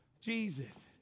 Jesus